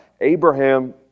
Abraham